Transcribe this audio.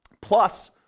plus